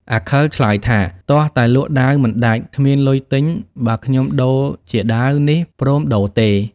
អាខិលឆ្លើយថា “ទាស់តែលក់ ដាវមិនដាច់ គ្មានលុយទិញ បើខ្ញុំដូរជាដាវនេះ ព្រមដូរទេ?។